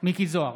מכלוף מיקי זוהר,